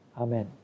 Amen